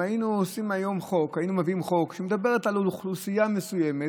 אם היינו מביאים היום הצעת חוק שמדברת על אוכלוסייה מסוימת,